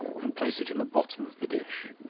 and place it in the bottom of the dish